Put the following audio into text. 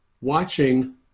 watching